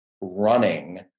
running